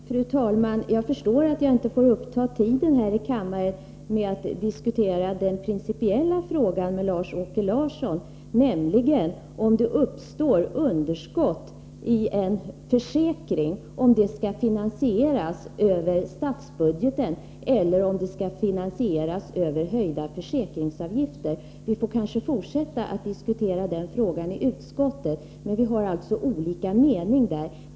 Fru talman! Jag förstår att jag inte får uppta tiden här i kammaren för att med Lars-Åke Larsson diskutera den principiella frågan — om man, ifall det uppstår underskott i en försäkring, skall finansiera detta över statsbudgeten eller över höjda försäkringsavgifter. Vi får kanske fortsätta att diskutera den frågan i utskottet. Men det råder alltså delade meningar här.